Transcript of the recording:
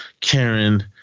Karen